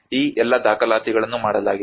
ಆದ್ದರಿಂದ ಈ ಎಲ್ಲಾ ದಾಖಲಾತಿಗಳನ್ನು ಮಾಡಲಾಗಿದೆ